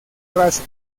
raso